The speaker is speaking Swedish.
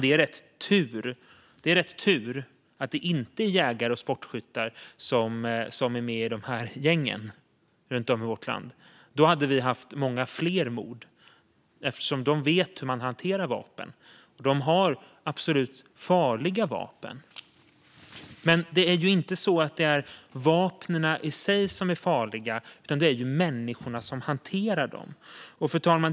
Det är tur att det inte är jägare och sportskyttar som är med i gängen runt om i vårt land. Då hade vi haft många fler mord, eftersom de vet hur man hanterar vapen. De har absolut farliga vapen. Men det är inte vapnen i sig som är farliga, utan det är människorna som hanterar dem. Fru talman!